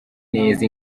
neza